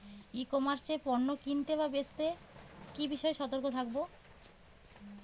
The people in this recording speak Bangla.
ই কমার্স এ পণ্য কিনতে বা বেচতে কি বিষয়ে সতর্ক থাকব?